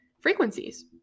frequencies